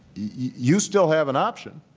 you still have an option